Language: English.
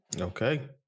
Okay